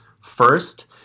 first